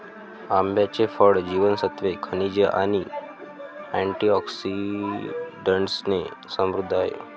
आंब्याचे फळ जीवनसत्त्वे, खनिजे आणि अँटिऑक्सिडंट्सने समृद्ध आहे